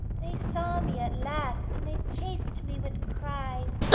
they saw me at last, and they chased me with cries,